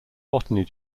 botany